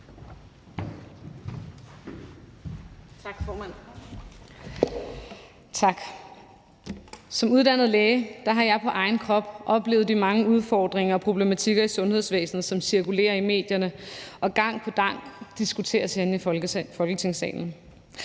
Som uddannet læge har jeg på egen krop oplevet de mange udfordringer og problematikker i sundhedsvæsenet, som cirkulerer i medierne og gang på gang diskuteres herinde i Folketingssalen.